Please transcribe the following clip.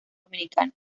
dominicana